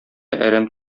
әрәм